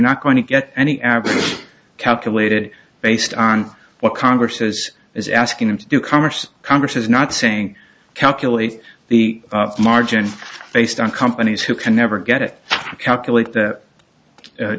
not going to get any absolute calculated based on what congress has is asking them to do commerce congress is not saying calculate the margin based on companies who can never get it